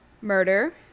Murder